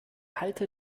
halter